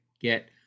get